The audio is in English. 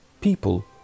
people